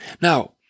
Now